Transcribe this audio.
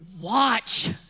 watch